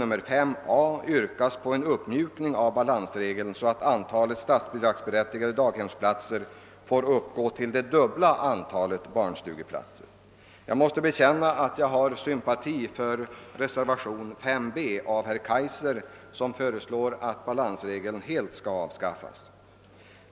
talet statsbidragsberättigade daghemsplatser får uppgå till dubbla antalet barnstugeplatser. Jag måste bekänna att jag har sympati för reservation 5 b av herr Kaijser, som föreslår att balansregeln helt skall avskaffas.